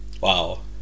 Wow